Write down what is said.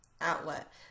outlet